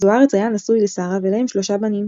זו-ארץ היה נשוי לשרה ולהם שלושה בנים.